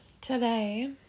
today